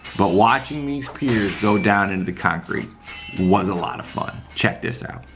but watching these piers go down into the concrete was a lot of fun. check this out.